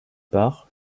part